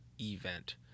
event